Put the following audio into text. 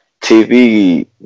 TV